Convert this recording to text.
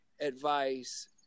advice